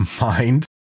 mind